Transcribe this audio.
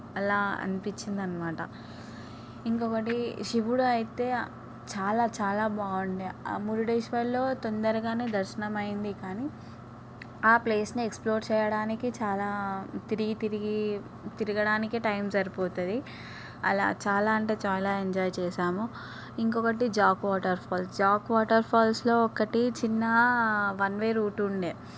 అలా అనిపించింది అనమాట ఇంకొకటి శివుడు అయితే చాలా చాలా బాగుండే ఆ మురుడేశ్వర్లో తొందరగానే దర్శనమైంది కానీ ఆ ప్లేస్ని ఎక్స్ప్లోర్ చేయడానికి చాలా తిరిగి తిరిగి తిరగడానికి టైం సరిపోతుంది అలా చాలా అంటే చాలా ఎంజాయ్ చేసాము ఇంకొకటి జాక్ వాటర్ఫాల్స్ జాక్ వాటర్ ఫాల్స్లో ఒకటి చిన్న వన్ వే రూట్ ఉండే